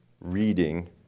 reading